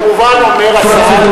כמובן אומר השר,